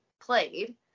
played